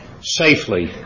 safely